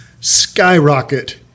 skyrocket